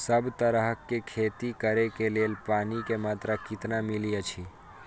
सब तरहक के खेती करे के लेल पानी के मात्रा कितना मिली अछि?